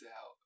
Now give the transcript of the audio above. out